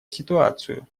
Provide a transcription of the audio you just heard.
ситуацию